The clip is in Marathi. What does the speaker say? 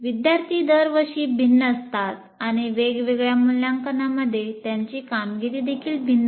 विद्यार्थी दरवर्षी भिन्न असतात आणि वेगवेगळ्या मूल्यांकनांमध्ये त्यांची कामगिरी देखील भिन्न असते